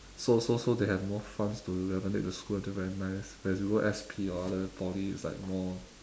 so so so they have more funds to renovate the school until very nice whereas you go S_P or other poly it's like more